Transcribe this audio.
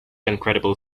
incredible